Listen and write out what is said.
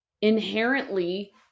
inherently